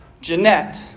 Jeanette